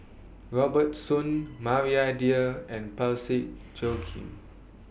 Robert Soon Maria Dyer and Parsick Joaquim